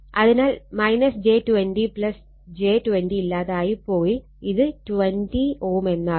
അതിനാൽ j 20 j 20 ഇല്ലാതെയായി പോയി ഇത് 20 Ω എന്നാവും